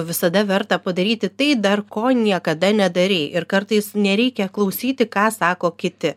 visada verta padaryti tai dar ko niekada nedarei ir kartais nereikia klausyti ką sako kiti